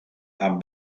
amb